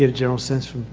yeah general census.